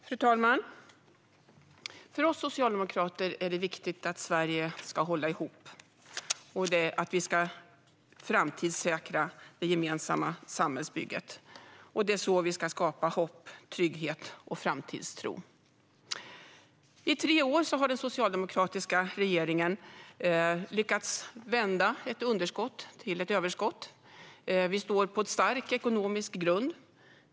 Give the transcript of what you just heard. Fru talman! För oss socialdemokrater är det viktigt att Sverige ska hålla ihop och att vi ska framtidssäkra det gemensamma samhällsbygget. Det är så vi ska skapa hopp, trygghet och framtidstro. I tre år har den socialdemokratiska regeringen lyckats vända ett underskott till överskott. Vi står på en stark ekonomisk grund.